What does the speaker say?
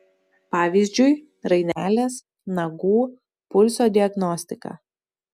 pavyzdžiui rainelės nagų pulso diagnostika